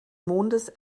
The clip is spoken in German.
mondes